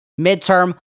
Midterm